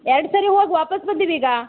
ಎರಡು ಸಾರಿ ಹೋಗಿ ವಾಪಸ್ ಬಂದೀವಿ ಈಗ